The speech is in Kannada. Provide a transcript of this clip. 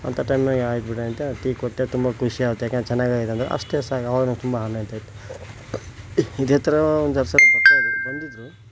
ಅಂತ ಟೈಮ್ನಾಗೆ ಆಯ್ತು ಬಿಡಂತ ಟೀ ಕೊಟ್ಟೆ ತುಂಬ ಖುಷಿ ಆತು ಯಾಕಂದರೆ ಚೆನ್ನಾಗಿ ಆಗಿದೆ ಅಂದರು ಅಷ್ಟೇ ಸಾಕು ಆವಾಗ ನಂಗೆ ತುಂಬ ಆನಂದ ಆಯ್ತು ಇದೇ ಥರ ಒಂದು ಎರಡು ಸಲ ಬರ್ತಾ ಇದ್ದರು ಬಂದಿದ್ದರು